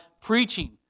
preaching